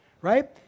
right